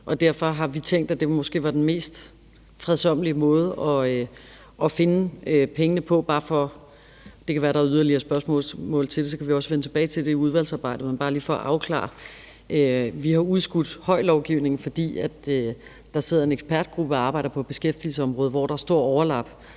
derfor har vi tænkt, at det måske var den mest fredsommelige måde at finde pengene på. Det kan være, der er yderligere spørgsmål til det, og vi kan også vende tilbage til det i udvalgsarbejdet, men det er bare lige for at afklare det. Vi har udskudt HOI-lovgivningen, fordi der sidder en ekspertgruppe og arbejder på beskæftigelsesområdet, hvor der er stort overlap